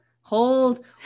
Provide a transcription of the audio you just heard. hold